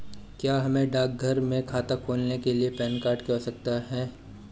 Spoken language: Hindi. क्या हमें डाकघर में खाता खोलने के लिए पैन कार्ड की आवश्यकता है?